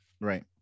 right